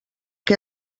què